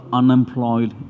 unemployed